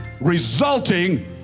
resulting